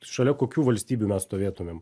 šalia kokių valstybių mes stovėtumėm